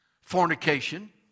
fornication